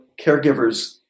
caregivers